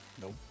Nope